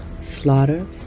slaughter